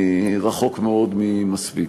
רחוק מאוד ממספיק.